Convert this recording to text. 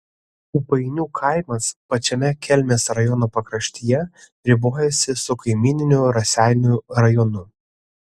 ūpainių kaimas pačiame kelmės rajono pakraštyje ribojasi su kaimyniniu raseinių rajonu